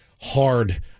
hard